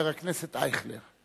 חבר הכנסת אייכלר.